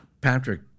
Patrick